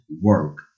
work